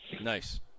Nice